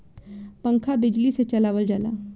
पंखा बिजली से चलावल जाला